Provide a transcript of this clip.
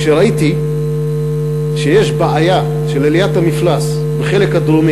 כשראיתי שיש בעיה של עליית המפלס בחלק הדרומי,